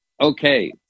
Okay